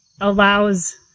allows